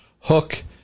hook